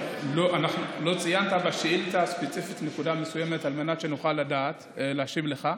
לא ציינת בשאילתה הספציפית נקודה מסוימת על מנת שנוכל לדעת להשיב לך.